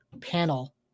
panel